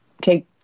take